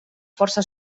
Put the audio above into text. força